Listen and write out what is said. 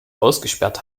ausgesperrt